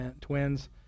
twins